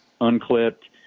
unclipped